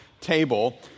table